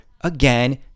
again